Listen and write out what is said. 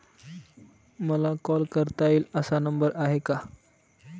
मला कॉल करता येईल असा नंबर आहे का?